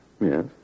Yes